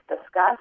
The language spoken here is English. discussed